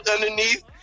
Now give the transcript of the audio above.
underneath